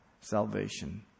salvation